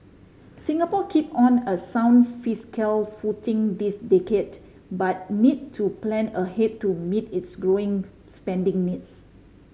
Singapore keep on a sound fiscal footing this decade but need to plan ahead to meet its growing spending needs